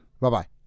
Bye-bye